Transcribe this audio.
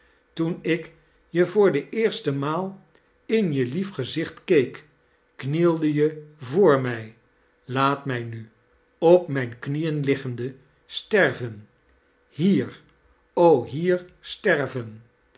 toen ik je voor de eerste rnaal in je lief gezicht keek knielde je voor mij laat mij nu op mijn knieen liggende sterven hier hier sterven